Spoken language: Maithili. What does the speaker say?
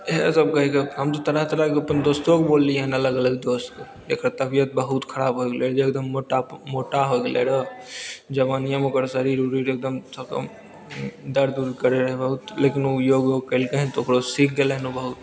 इएहसब कहिके हम तऽ तरह तरहके अपन दोस्तोके बोललिए हँ अलग अलग दोस्तके जकर तबिअत बहुत खराब होइ गेलै जे एकदम मोटापा मोटा हो गेलै रहै जवानिएमे ओकर शरीर उरीर एकदम दरद उरद करै रहै बहुत लेकिन ओ योग उग केलकै तऽ ओकरो सीखि गेलै हँ बहुत